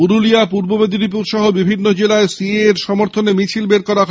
পুরুলিয়া পূর্ব মেদিনীপুর সহ বিভিন্ন জেলায় সিএএ র সমর্থনে মিছিল বের করা হয়